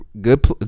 good